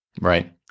Right